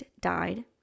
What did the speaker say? died